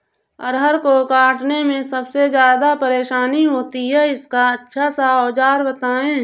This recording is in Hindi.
अरहर को काटने में सबसे ज्यादा परेशानी होती है इसका अच्छा सा औजार बताएं?